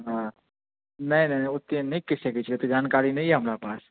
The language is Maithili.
हॅं नहि नहि ओते नहि कहि सकै छी ओते जानकारी नहि यऽ हमरा पास